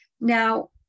Now